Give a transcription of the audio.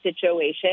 situation